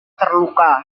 terluka